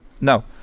No